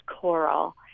Coral